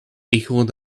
echoed